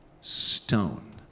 stone